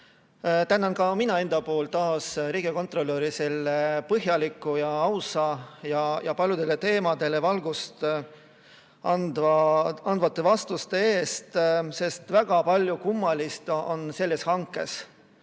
Tänan ka mina enda nimel riigikontrolöri põhjalike, ausate ja paljudele teemadele valgust andvate vastuste eest, sest väga palju kummalist on selles hankes.